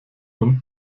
und